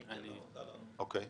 אני אתן למנכ"ל להתייחס.